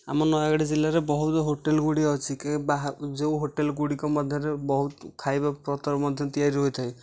ଆମ ନୟାଗଡ଼ ଜିଲ୍ଲାରେ ବହୁତ ହୋଟେଲ ଗୁଡ଼ିଏ ଅଛି ଯେଉଁ ହୋଟେଲ ଗୁଡ଼ିକ ମଧ୍ୟରେ ବହୁତ ଖାଇବା ପତର ମଧ୍ୟ ତିଆରି ହୋଇଥାଏ